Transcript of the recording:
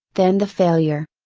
than the failure.